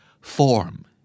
Form